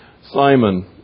Simon